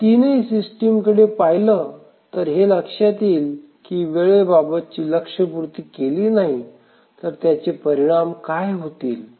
ह्या तीनही सिस्टिम कडे पाहिलं तर हे लक्षात येईल की वेळे बाबतची लक्ष्यपूर्ती केली नाही तर त्याचे परिणाम काय होतील